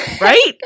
Right